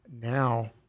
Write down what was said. Now